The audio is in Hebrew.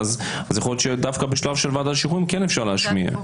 יכול להיות שדווקא בשלב של ועדת השחרורים כן אפשר להשמיע.